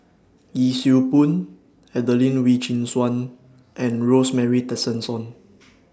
Yee Siew Pun Adelene Wee Chin Suan and Rosemary Tessensohn